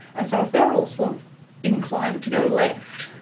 and so if they're all so inclined to go left,